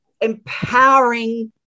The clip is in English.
empowering